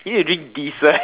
you need to drink diesel